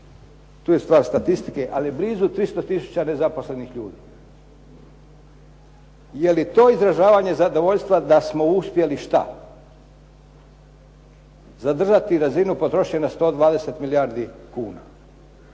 tu je stvar statistike ali blizu 300 tisuća nezaposlenih ljudi. Je li to izražavanje zadovoljstva da smo uspjeli šta, zadržati razinu potrošnje na 120 milijardi kuna?